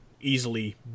easily